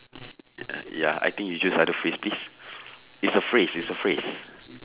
uh ya I think you choose other phrase please it it's a phrase it's a phrase